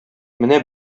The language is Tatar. менә